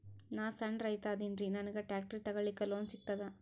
ನಾನ್ ಸಣ್ ರೈತ ಅದೇನೀರಿ ನನಗ ಟ್ಟ್ರ್ಯಾಕ್ಟರಿ ತಗಲಿಕ ಲೋನ್ ಸಿಗತದ?